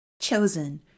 chosen